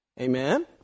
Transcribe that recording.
Amen